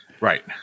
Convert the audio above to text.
Right